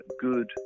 good